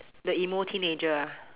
the emo teenager ah